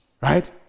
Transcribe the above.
right